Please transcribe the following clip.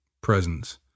presence